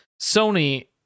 Sony